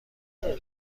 چون